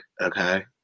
okay